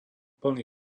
plný